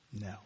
no